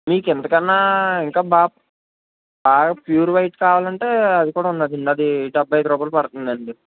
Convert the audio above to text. మీకు ఇంతకన్నా ఇంకా బాగా బాగా ప్యూర్ వైట్ కావాలంటే అది కూడా ఉన్నాదండి అది డెబ్బై ఐదు రూపాయలు పదుతుందండి